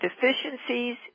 deficiencies